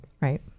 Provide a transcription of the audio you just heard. Right